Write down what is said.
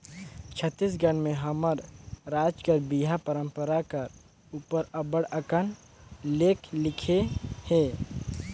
छत्तीसगढ़ी में हमर राएज कर बिहा परंपरा कर उपर अब्बड़ अकन लेख लिखे हे